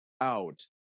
out